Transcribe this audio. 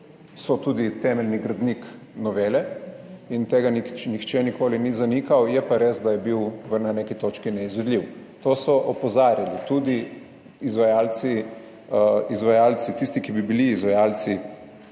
so tudi temeljni gradnik novele in tega nihče nikoli ni zanikal, je pa res, da je bil na neki točki neizvedljiv; to so opozarjali tudi izvajalci, izvajalci, tisti, ki bi bili izvajalci